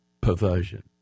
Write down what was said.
perversion